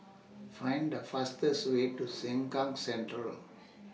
Find The fastest Way to Sengkang Central